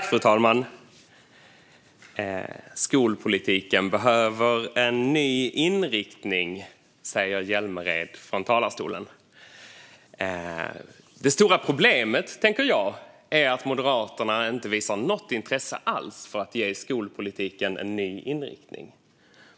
Fru talman! Skolpolitiken behöver en ny inriktning, säger Hjälmered från talarstolen. Det stora problemet är att Moderaterna inte visar något intresse alls för att ge skolpolitiken en ny inriktning.